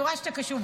אני רואה שאתה קשוב,